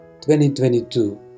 2022